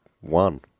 one